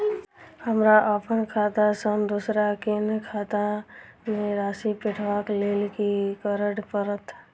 हमरा अप्पन खाता सँ दोसर केँ खाता मे राशि पठेवाक लेल की करऽ पड़त?